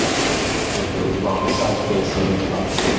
okay with the wrong side facing up.